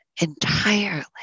entirely